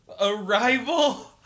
Arrival